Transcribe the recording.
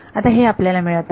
आता हे आपल्याला मिळत आहे